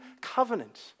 covenant